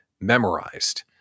memorized